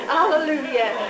Hallelujah